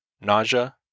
nausea